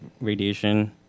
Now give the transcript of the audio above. radiation